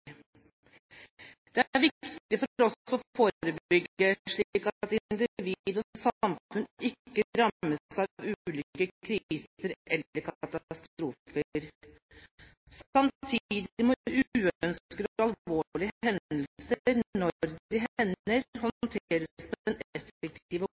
Det er viktig for oss å forebygge, slik at individ og samfunn ikke rammes av ulykker, kriser eller katastrofer. Samtidig må uønskede og alvorlige hendelser, når de hender,